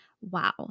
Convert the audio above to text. Wow